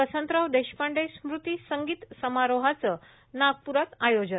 वसंतराव देशपांडे स्मृती संगीत समारोहावं नागपूर इथं आयोजन